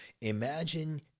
Imagine